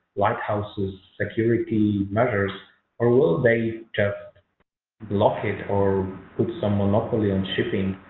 like ighthouses, security measures or will they just block it or put some monopoly on shipping?